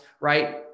right